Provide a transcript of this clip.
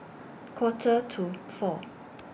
Quarter to four